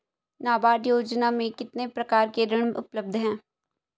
नाबार्ड योजना में कितने प्रकार के ऋण उपलब्ध हैं?